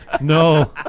No